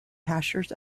pastures